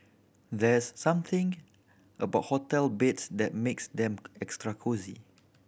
there's something about hotel beds that makes them extra cosy